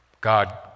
God